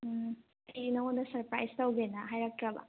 ꯑꯩ ꯅꯪꯑꯣꯟꯗ ꯁꯔꯄ꯭ꯔꯥꯏꯖ ꯇꯧꯒꯦꯅ ꯍꯥꯏꯔꯛꯇ꯭ꯔꯕ